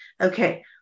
Okay